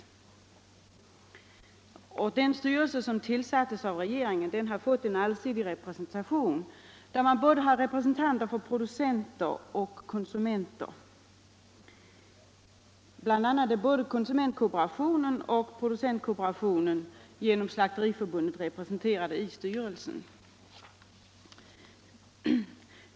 Den styrelse som tillsattes av regeringen har fått en allsidig representation med representanter för både konsumenter och producenter. Bl. a. är konsumentkooperationen och producentkooperationen, genom Slakteriförbundet, representerade i styrelsen.